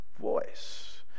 voice